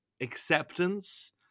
acceptance